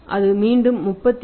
அது மீண்டும் 36